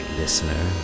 listener